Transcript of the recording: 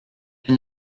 elle